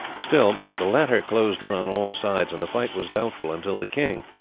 still the latter closed in on all sides, and the fight was doubtful until the king,